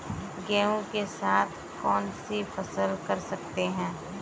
गेहूँ के साथ कौनसी फसल कर सकते हैं?